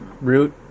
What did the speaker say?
root